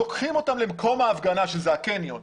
לוקחים אותם למקום ההפגנה שזה הקניון,